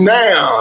now